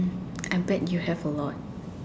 I bet you have a lot